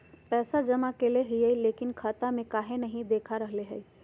पैसा जमा कैले हिअई, लेकिन खाता में काहे नई देखा रहले हई?